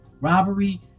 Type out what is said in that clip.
Robbery